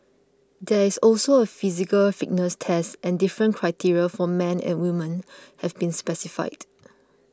there is also a physical fitness test and different criteria for men and women have been specified